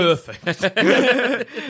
perfect